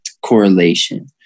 correlation